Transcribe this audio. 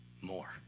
more